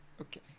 Okay